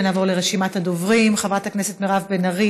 נעבור לרשימת הדוברים: חברת הכנסת מירב בן ארי,